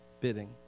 bidding